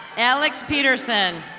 alex peterson.